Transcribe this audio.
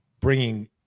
bringing